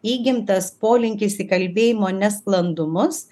įgimtas polinkis į kalbėjimo nesklandumus